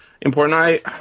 important